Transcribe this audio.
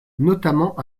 notamment